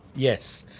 yes.